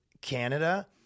Canada